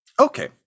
Okay